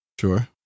Sure